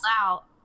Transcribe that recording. out